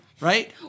right